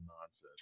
nonsense